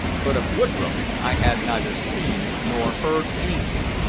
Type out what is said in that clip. but of woodroffe i had neither seen nor heard anything.